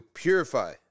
purify